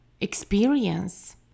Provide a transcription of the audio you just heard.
experience